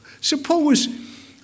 suppose